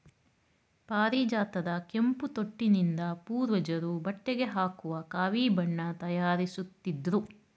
ಪಾರಿಜಾತದ ಕೆಂಪು ತೊಟ್ಟಿನಿಂದ ಪೂರ್ವಜರು ಬಟ್ಟೆಗೆ ಹಾಕುವ ಕಾವಿ ಬಣ್ಣ ತಯಾರಿಸುತ್ತಿದ್ರು